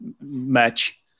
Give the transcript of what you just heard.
match